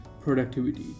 productivity